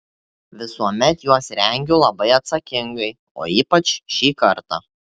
visuomet juos rengiu labai atsakingai o ypač šį kartą